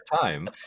time